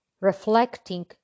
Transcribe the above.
reflecting